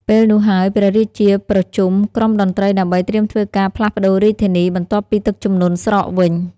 ពេលនោះហើយ ព្រះរាជា ប្រជុំក្រុមមន្ត្រីដើម្បីត្រៀមធ្វើការផ្លាសប្ដូររាជធានី បន្ទាប់ពីទឹកជំនន់ស្រកវិញ ។